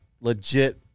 legit